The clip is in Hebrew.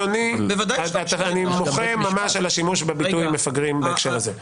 אני ממש מוחה על השימוש בביטוי מפגרים בהקשר הזה.